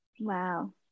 Wow